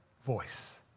voice